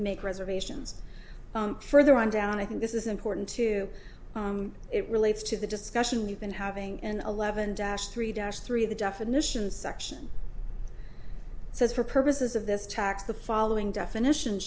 make reservations further on down i think this is important too it relates to the discussion you've been having in eleven dash three dash three the definition section says for purposes of this text the following definition